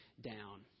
down